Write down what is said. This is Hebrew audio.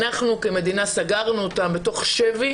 אנחנו כמדינה סגרנו אותם בתוך שבי